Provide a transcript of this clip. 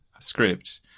script